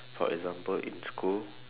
for example in school